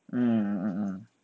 mm mm mm mm